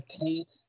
paint